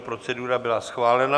Procedura byla schválena.